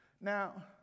Now